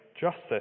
justice